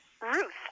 Ruth